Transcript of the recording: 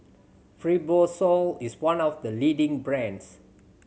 fibrosol is one of the leading brands